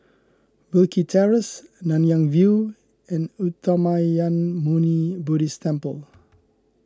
Wilkie Terrace Nanyang View and Uttamayanmuni Buddhist Temple